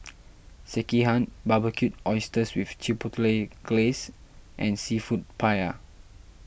Sekihan Barbecued Oysters with Chipotle Glaze and Seafood Paella